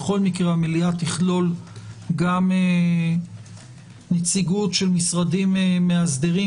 בכל מקרה המליאה תכלול גם נציגות של משרדים מאסדרים